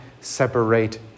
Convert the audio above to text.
separate